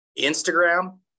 Instagram